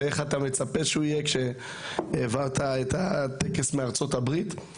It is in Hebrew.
ואיך אתה מצפה שהוא יהיה כשהעברת את הטקס מארצות הברית.